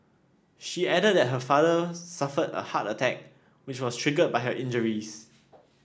she added that her father suffered a heart attack which was triggered by his injuries